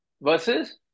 Versus